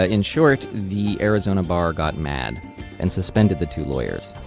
ah in short, the arizona bar got mad and suspended the two lawyers.